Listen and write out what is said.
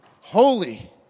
holy